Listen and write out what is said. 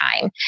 time